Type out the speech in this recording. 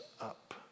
up